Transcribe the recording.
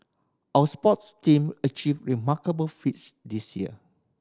our sports team achieved remarkable feats this year